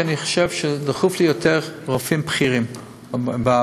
כי אני חושב שחשוב לי יותר רופאים בכירים בפריפריה.